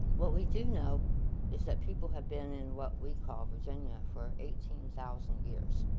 what we do know is that people have been in what we call virginia for eighteen thousand years.